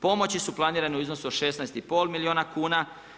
Pomoći su planirane u iznosu od 16,5 milijuna kuna.